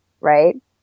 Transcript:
right